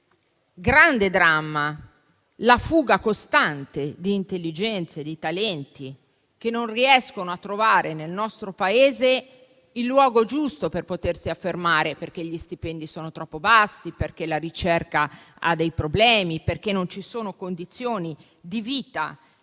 grande dramma della fuga costante di intelligenze e di talenti, che non riescono a trovarvi il luogo giusto per potersi affermare (perché gli stipendi sono troppo bassi, perché la ricerca ha problemi o perché non ci sono condizioni di vita